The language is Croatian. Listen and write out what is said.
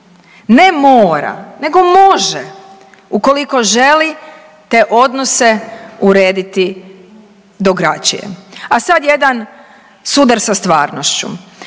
ne mora, nego može ukoliko želi te odnose urediti drugačije. A sad jedan sudar sa stvarnošću,